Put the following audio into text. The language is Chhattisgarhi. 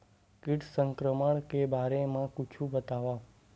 कीट संक्रमण के बारे म कुछु बतावव?